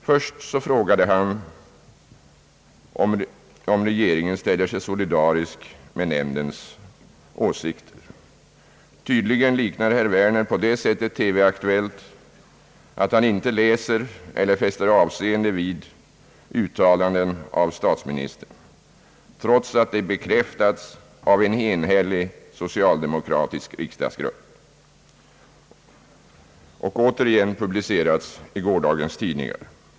Först frågade han om regeringen ställer sig solidarisk med nämndens åsikter. Tydligen liknar herr Werner TV-Aktuellt på det sättet att han inte fäster avseende vid uttalanden av statsministern, trots att de är bekräftade av en enhällig socialdemokratisk riksdagsgrupp och återigen publicerats i gårdagens tidningar.